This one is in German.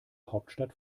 hauptstadt